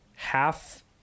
half